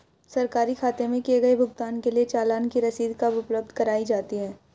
सरकारी खाते में किए गए भुगतान के लिए चालान की रसीद कब उपलब्ध कराईं जाती हैं?